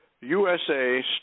USA